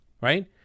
right